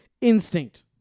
Instinct